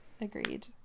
agreed